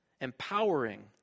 empowering